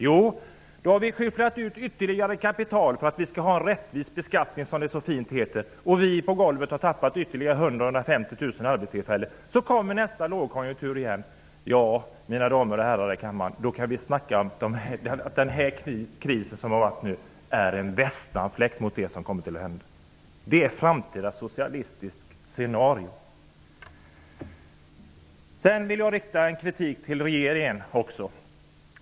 Jo, då har vi skyfflat ut ytterligare kapital för att vi skall ha en rättvis beskattning, som det så fint heter, och vi på golvet har gått miste om ytterligare 100 000-- Så kommer det ytterligare en lågkonjunktur. Ja, mina damer och herrar, då känns den här krisen som vi nu har som en västanfläkt mot det som kommer att hända. Detta är ett framtida socialistiskt scenario. Sedan vill jag rikta kritik också till regeringen.